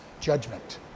judgment